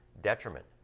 detriment